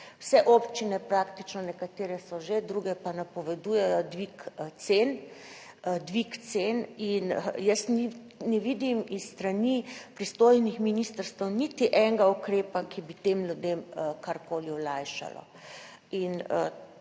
Vse občine praktično, nekatere so že, druge pa napovedujejo dvig cen. In jaz ne vidim s strani pristojnih ministrstev niti enega ukrepa, ki bi tem ljudem karkoli olajšalo.